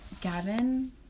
Gavin